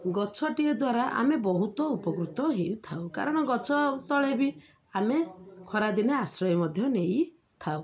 ଗଛଟିଏ ଦ୍ୱାରା ଆମେ ବହୁତ ଉପକୃତ ହେଇଥାଉ କାରଣ ଗଛ ତଳେ ବି ଆମେ ଖରାଦିନେ ଆଶ୍ରୟ ମଧ୍ୟ ନେଇଥାଉ